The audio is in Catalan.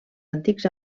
antics